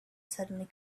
suddenly